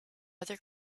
other